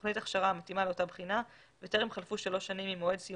תוכנית הכשרה מתאימה לאותה בחינה וטרם חלפו שלוש שנים ממועד סיום